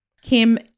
Kim